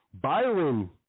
Byron